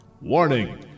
Warning